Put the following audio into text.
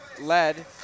led